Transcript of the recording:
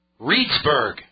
Reedsburg